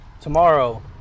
tomorrow